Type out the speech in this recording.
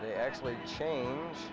they actually change